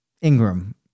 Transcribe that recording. Ingram